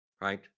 Right